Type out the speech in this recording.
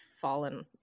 fallen